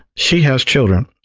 she has children,